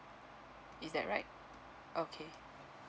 is that right okay